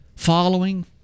following